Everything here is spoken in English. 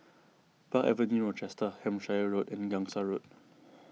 Park Avenue Rochester Hampshire Road and Gangsa Road